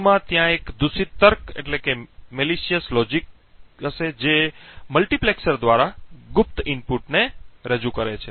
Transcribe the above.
બાજુમાં ત્યાં એક દૂષિત તર્ક છે જે મલ્ટિપ્લેક્સર દ્વારા ગુપ્ત ઇનપુટને ઉદાહરણ તરીકે રજૂ કરે છે